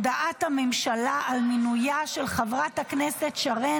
הודעת הממשלה על מינויה של חברת הכנסת שרן